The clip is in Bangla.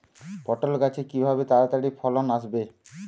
পটল গাছে কিভাবে তাড়াতাড়ি ফলন আসবে?